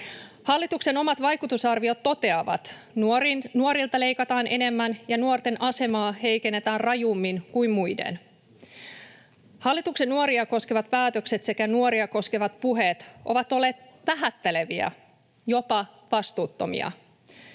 Hallituksen omat vaikutusarviot toteavat: nuorilta leikataan enemmän ja nuorten asemaa heikennetään rajummin kuin muiden. Hallituksen nuoria koskevat päätökset sekä nuoria koskevat puheet ovat olleet vähätteleviä, jopa vastuuttomia.